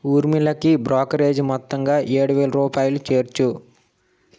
ఊర్మిళకి brokerage మొత్తంగా ఏడు వేల రూపాయలు చేర్చు